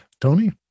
Tony